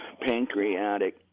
pancreatic